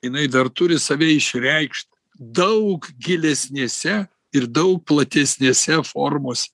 jinai dar turi save išreikš daug gilesnėse ir daug platesnėse formos